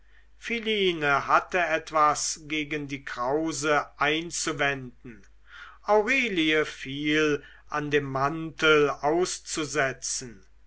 hatte etwas gegen die krause einzuwenden aurelie viel an dem mantel auszusetzen